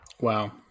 wow